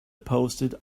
posted